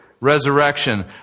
resurrection